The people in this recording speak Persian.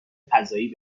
فضایی